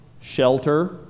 shelter